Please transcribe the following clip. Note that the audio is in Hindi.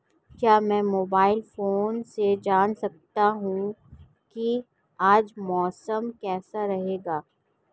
क्या मैं मोबाइल फोन से जान सकता हूँ कि आज मौसम कैसा रहेगा?